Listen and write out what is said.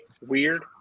weird